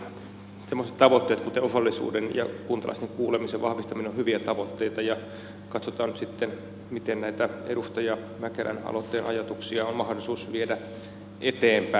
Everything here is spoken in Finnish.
minusta semmoiset tavoitteet kuin osallisuuden ja kuntalaisten kuulemisen vahvistaminen ovat hyviä tavoitteita ja katsotaan nyt sitten miten näitä edustaja mäkelän aloitteen ajatuksia on mahdollisuus viedä eteenpäin